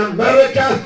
America